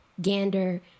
gander